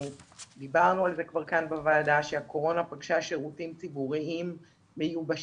דיברנו על זה כבר כאן בוועדה שהקורונה פגשה שירותים ציבוריים מיובשים,